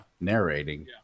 narrating